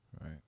Right